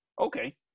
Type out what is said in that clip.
Okay